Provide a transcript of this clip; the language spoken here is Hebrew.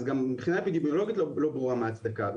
אז גם מבחינה אפידמיולוגית לא ברורה מה ההצדקה.